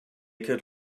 could